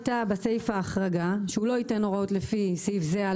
בסיפה הייתה החרגה שהוא לא ייתן הוראות לפי סעיף זה על